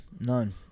None